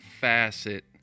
facet